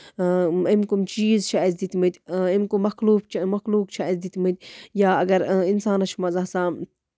أمۍ کٔمۍ چیٖز چھِ اَسہِ دِتمٕتۍ أمۍ کٔمۍ مَخلوٗق چھِ مخلوق چھِ اسہِ دِتمٕتۍ یا اَگر اِنسانَس چھُ منٛزٕ گژھان